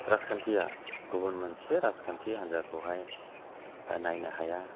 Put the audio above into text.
राजखान्थिआ गुबुन मोनसे राजखान्थि हान्जाखौहाय नायनो हाया